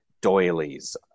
Doilies